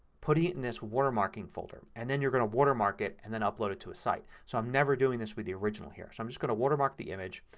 putting it in this watermarking folder, and then you're going to watermark it and upload it to a site. so i'm never doing this with the original here. so i'm just going to watermark the image.